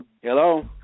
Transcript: Hello